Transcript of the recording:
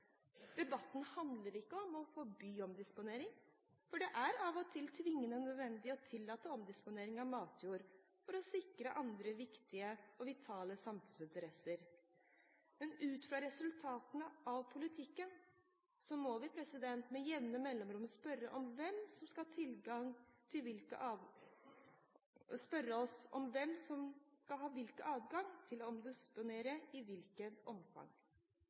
Debatten handler ikke om å forby omdisponering. Det er av og til tvingende nødvendig å tillate omdisponering av matjord for å sikre andre viktige og vitale samfunnsinteresser. Men ut fra resultatene av politikken må vi med jevne mellomrom spørre oss hvem som skal ha hvilken adgang til